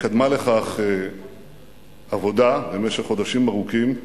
קדמה לכך עבודה במשך חודשים ארוכים,